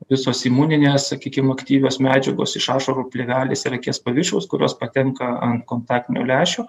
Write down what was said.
visos imuninės sakykim aktyvios medžiagos iš ašarų plėvelės ir akies paviršiaus kurios patenka ant kontaktinio lęšio